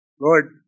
Lord